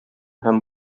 һәм